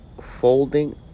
folding